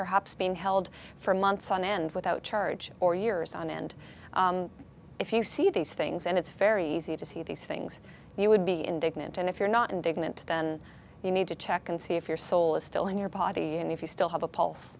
perhaps being held for months on end without charge or years on end if you see these things and it's very easy to see these things you would be indignant and if you're not indignant then you need to check and see if your soul is still in your body and if you still have a pulse